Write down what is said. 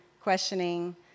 questioning